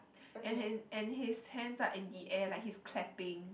and his and his hands are in the air like he's clapping